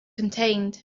contained